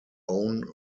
own